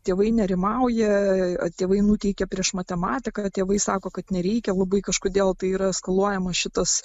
tėvai nerimauja tėvai nuteikia prieš matematiką tėvai sako kad nereikia labai kažkodėl tai yra eskaluojama šitas